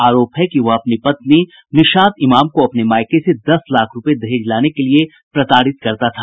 आरोप है कि वह अपनी पत्नी निशात ईमाम को अपने मायके से दस लाख रूपये दहेज लाने के लिये प्रताड़ित करता था